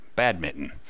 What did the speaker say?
Badminton